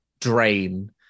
drain